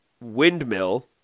windmill